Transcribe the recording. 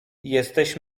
jesteś